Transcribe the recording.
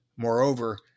Moreover